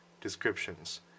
descriptions